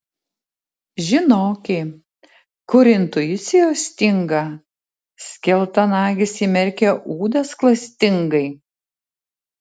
žinoki kur intuicijos stinga skeltanagis įmerkia ūdas klastingai